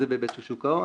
זה בהיבט של שוק ההון.